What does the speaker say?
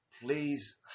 please